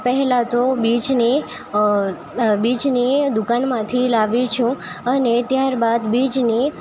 પહેલા તો બીજને બીજને દુકાનમાંથી લાવી છું અને ત્યારબાદ બીજને